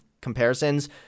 comparisons